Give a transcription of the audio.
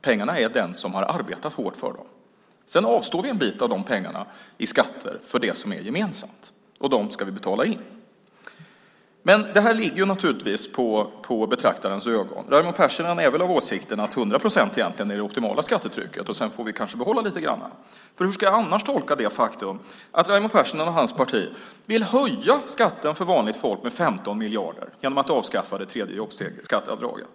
Pengarna tillhör den som har arbetat hårt för dem. Man avstår en del av de pengarna i skatter för det som är gemensamt. Det ska man betala in. Det ligger naturligtvis i betraktarens öga. Raimo Pärssinens åsikt är väl att 100 procent är det optimala skattetrycket och att man kanske får behålla lite. Hur ska jag annars tolka det faktum att Raimo Pärssinen och hans parti vill höja skatten för vanligt folk med 15 miljarder genom att avskaffa det tredje jobbsteget och skatteavdraget.